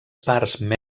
parts